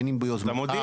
אתה מודיע.